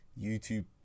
YouTube